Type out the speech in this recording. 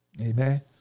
Amen